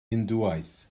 hindŵaeth